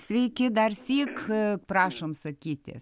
sveiki darsyk prašom sakyti